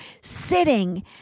sitting